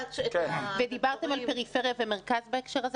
ודיברתם על פריפריה ומרכז בהקשר הזה?